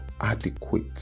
adequate